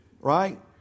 Right